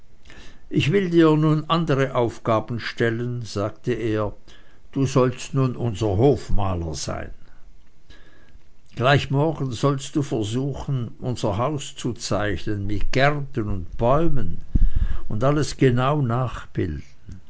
ich will dir nun andere aufgaben stellen sagte er du sollst nun unser hofmaler sein gleich morgen sollst du versuchen unser haus zu zeichnen mit gärten und bäumen und alles genau nachbilden